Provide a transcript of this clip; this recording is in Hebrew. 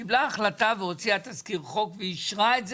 קיבלה החלטה והוציאה תזכיר חוק ואישרה את זה.